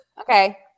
Okay